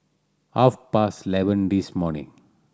half past eleven this morning